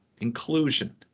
inclusion